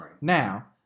Now